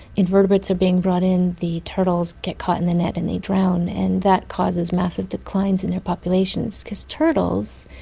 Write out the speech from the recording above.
invertebrates are being brought in, the turtles get caught in the net and they drown. and that causes massive declines in their populations, because turtles.